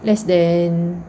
less then